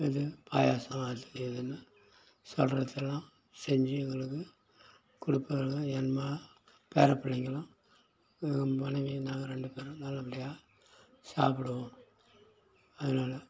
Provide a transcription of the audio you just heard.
இது பாயசம் அது இதுன்னு சொல்கிறதெல்லாம் செஞ்சு எங்களுக்கு கொடுப்பாங்க என்மா பேர பிள்ளைங்கள்லாம் என் மனைவி நாங்கள் ரெண்டு பேரும் நல்லபடியாக சாப்பிடுவோம் அதனால்